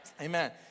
Amen